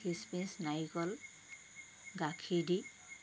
খিচমিচ নাৰিকল গাখীৰ দি